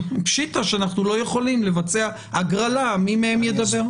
פשיטא שאנחנו לא יכולים לבצע הגרלה מי מהם ידבר.